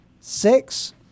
Six